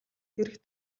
хэрэгт